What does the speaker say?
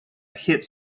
hip